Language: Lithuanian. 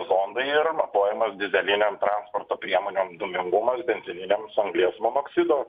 zondai ir matuojamas dyzelinėm transporto priemonėm dūmingumas benzininiams anglies monoksido